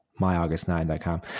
myaugust9.com